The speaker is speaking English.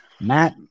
Matt